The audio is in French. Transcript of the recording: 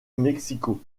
mexico